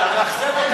אתה מאכזב אותם.